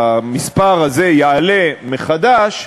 שהמספר הזה יעלה מחדש,